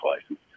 license